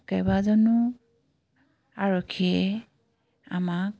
কেইবাজনো আৰক্ষীয়ে আমাক